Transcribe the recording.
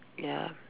ya